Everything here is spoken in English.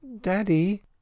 Daddy